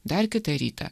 dar kitą rytą